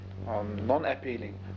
Non-appealing